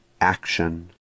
action